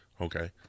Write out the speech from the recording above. Okay